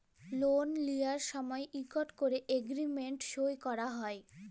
লল লিঁয়ার সময় ইকট ক্যরে এগ্রীমেল্ট সই ক্যরা হ্যয়